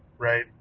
Right